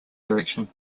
direction